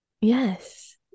Yes